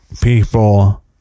people